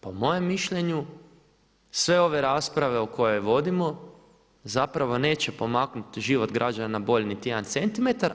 Po mojem mišljenju, sve ove rasprave koje vodimo zapravo neće pomaknuti život građana na bolje niti jedna centimetar.